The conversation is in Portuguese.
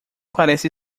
parece